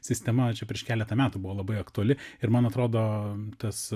sistema čia prieš keletą metų buvo labai aktuali ir man atrodo tas